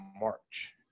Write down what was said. March